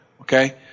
okay